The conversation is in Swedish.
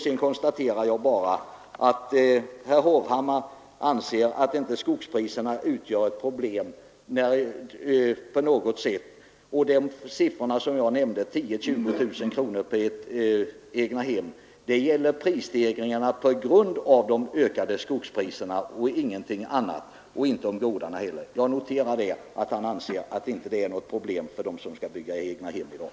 Sedan konstaterar jag bara, att herr Hovhammar inte anser att skogspriserna på något sätt utgör något problem. De siffror jag nämnde, 10 000-20 000 kronor i prisstegring på ett egethem, har uppstått på grund av de ökade skogspriserna. Jag noterar att herr Hovhammar inte anser detta vara något problem för dem som skall bygga egnahem i dag.